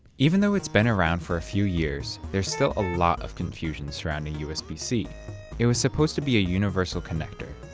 even though it's been around for a few years, there's still a lot of confusion surrounding usb-c. it was supposed to be a universal connector,